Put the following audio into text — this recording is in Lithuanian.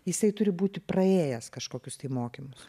jisai turi būti praėjęs kažkokius mokymus